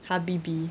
habibi